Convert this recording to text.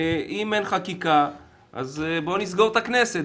אם אין חקיקה אז בוא נסגור את הכנסת,